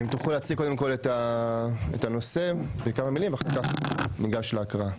אם תוכלו קודם כול להציג את הנושא בכמה מילים ואחר כך ניגש להקראה.